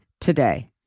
today